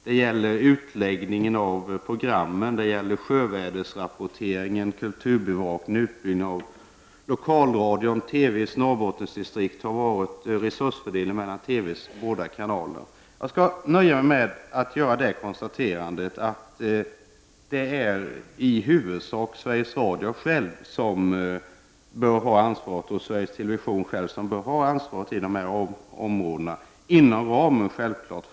Det gäller utläggningen av program, sjöväderrapporteringen, kulturbevakningen, utbyggnaden av lokalradion, resursförstärkning till TVs Norrbottendistrikt, resursfördelningen mellan TVs båda kanaler, m.m. Jag skall nöja mig med att konstatera att det i huvudsak är Sveriges Radio och Sveriges Television själva som bör ha ansvaret för detta, självfallet inom ramen för avtalet.